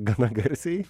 gana garsiai